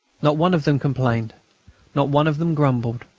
not one of them complained not one of them grumbled.